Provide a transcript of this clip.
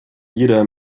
jeder